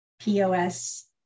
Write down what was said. POS